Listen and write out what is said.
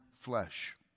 flesh